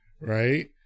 right